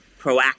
proactive